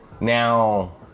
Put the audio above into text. now